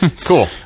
Cool